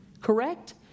correct